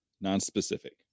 non-specific